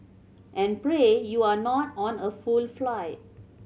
and pray you're not on a full flight